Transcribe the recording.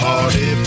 Party